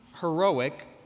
heroic